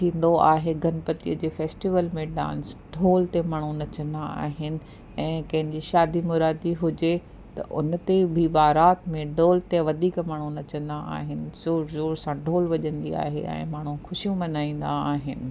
थींदो आहे गणपतिअ जे फैस्टिवल में डांस ढोल ते माण्हू नचंदा आहिनि ऐं कंहिंजी शादी मुरादी हुजे त उन ते बि बारात में ढोल ते वधीक माण्हू नचंदा आहिनि शोरु ज़ोरु सां ढोल वॼंदी आहे ऐं माण्हू ख़ुशियूं मल्हाईंदा आहिनि